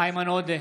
איימן עודה,